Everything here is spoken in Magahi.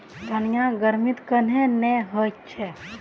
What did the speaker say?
धनिया गर्मित कन्हे ने होचे?